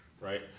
right